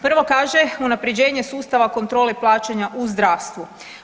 Prvo kaže unaprjeđenje sustava kontrole plaćanja u zdravstvu.